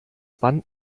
band